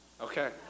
okay